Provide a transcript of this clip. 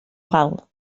wal